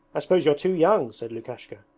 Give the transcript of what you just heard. i suppose you're too young said lukashka.